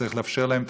צריך לאפשר להם,